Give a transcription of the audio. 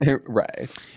Right